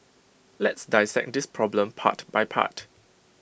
let's dissect this problem part by part